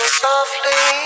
softly